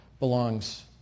belongs